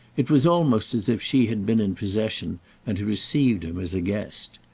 it was almost as if she had been in possession and received him as a guest.